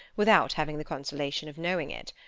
without having the consolation of knowing it.